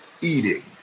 eating